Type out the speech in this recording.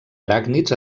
aràcnids